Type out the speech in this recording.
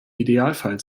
idealfall